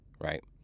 Right